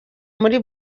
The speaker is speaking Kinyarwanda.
muri